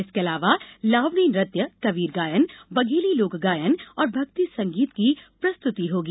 इसके अलावा लावणी नृत्य कबीर गायन बघेली लोक गायन और भक्ति संगीत की प्रस्तुति होगी